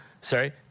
Sorry